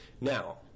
Now